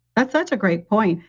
that's such a great point.